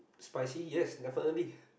spicy yes definitely